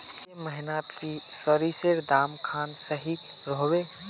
ए महीनात की सरिसर दाम खान सही रोहवे?